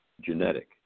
genetic